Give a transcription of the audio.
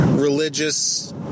religious